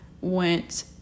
went